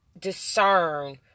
discern